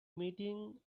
meeting